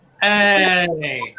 Hey